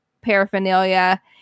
paraphernalia